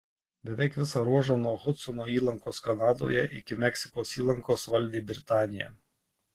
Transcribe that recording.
beveik visą ruožą nuo hudsono įlankos kanadoje iki meksikos įlankos valdė britanija